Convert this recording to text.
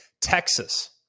Texas